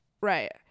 right